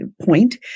point